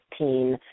2015